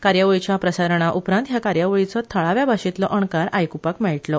कार्यावळीच्या प्रसारणा उपरांत ह्या कार्यावळीचो थळाव्या भाशेतल्यो अणकार आयकूपाक मेळटलो